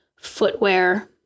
footwear